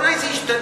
אולי זה ישתנה.